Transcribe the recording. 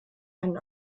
einen